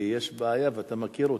כי יש בעיה, ואתה מכיר אותה,